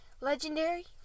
legendary